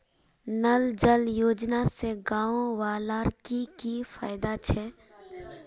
नल जल योजना से गाँव वालार की की फायदा छे?